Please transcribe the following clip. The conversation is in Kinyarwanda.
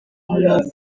umwuga